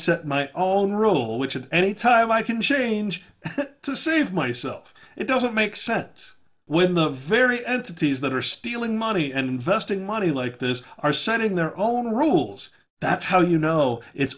set my all role which at any time i can change to save myself it doesn't make sense when the very entity's that are stealing money and investing money like this are sending their own rules that's how you know it's